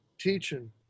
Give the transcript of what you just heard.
teaching